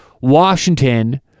Washington